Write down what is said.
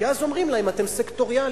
כי אז אומרים להם: אתם סקטוריאליים.